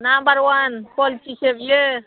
number one क्वालिटिसो बियो